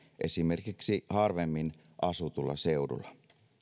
esimerkiksi harvemmin asutulla seudulla